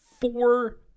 four